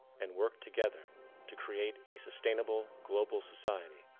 and work together to create a sustainable, global society,